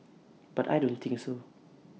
but I don't think so